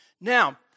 Now